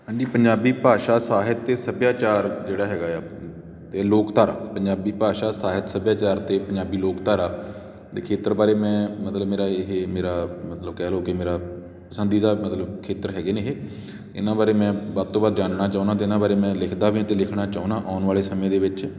ਹਾਂਜੀ ਪੰਜਾਬੀ ਭਾਸ਼ਾ ਸਾਹਿਤ ਅਤੇ ਸੱਭਿਆਚਾਰ ਜਿਹੜਾ ਹੈਗਾ ਆ ਅਤੇ ਲੋਕ ਧਾਰਾ ਪੰਜਾਬੀ ਭਾਸ਼ਾ ਸਾਹਿਤ ਸੱਭਿਆਚਾਰ ਅਤੇ ਪੰਜਾਬੀ ਲੋਕ ਧਾਰਾ ਦੇ ਖੇਤਰ ਬਾਰੇ ਮੈਂ ਮਤਲਬ ਮੇਰਾ ਇਹ ਮੇਰਾ ਮਤਲਬ ਕਹਿ ਲਉ ਕਿ ਮੇਰਾ ਪਸੰਦੀਦਾ ਮਤਲਬ ਖੇਤਰ ਹੈਗੇ ਨੇ ਇਹ ਇਹਨਾਂ ਬਾਰੇ ਮੈਂ ਵੱਧ ਤੋਂ ਵੱਧ ਜਾਨਣਾ ਚਾਹੁੰਦਾ ਅਤੇ ਇਹਨਾਂ ਬਾਰੇ ਮੈਂ ਲਿਖਦਾ ਵੀ ਅਤੇ ਲਿਖਣਾ ਚਾਹੁੰਦਾ ਆਉਣ ਵਾਲੇ ਸਮੇਂ ਦੇ ਵਿੱਚ